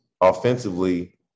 Offensively